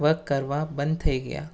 work કરતાં બંધ થઈ ગયાં